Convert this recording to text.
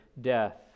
death